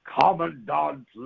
Commandant